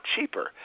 cheaper